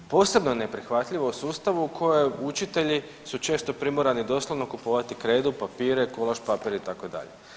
Posebno neprihvatljivo u sustavu u kojem učitelji su često primorani doslovno kupovati kredu, papire, kolaž papir itd.